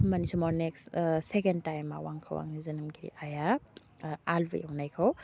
होमबानि समाव next second टाइमआव आंखौ आंनि जोनोमगिरि आइआ आलु एवनायखौ